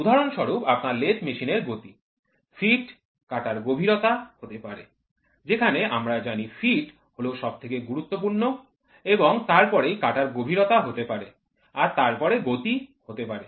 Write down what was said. উদাহরণস্বরূপ আপনার লেদ মেশিনের গতি ফিড কাটার গভীরতা হতে পারে যেখানে আমরা জানি ফিড হল সবথেকে গুরুত্বপূর্ণ এবং তারপরেই কাটার গভীরতা হতে পারে আর তারপরে গতি হতে পারে